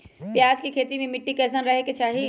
प्याज के खेती मे मिट्टी कैसन रहे के चाही?